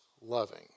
loving